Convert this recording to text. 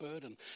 burden